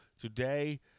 today